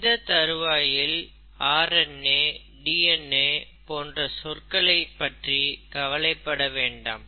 இந்த தருவாயில் R N A D N A போன்ற சொல்களை பற்றி கவலைப்பட வேண்டாம்